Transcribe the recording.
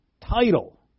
title